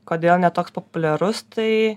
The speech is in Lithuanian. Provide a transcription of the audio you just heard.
kodėl ne toks populiarus tai